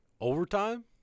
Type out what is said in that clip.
Overtime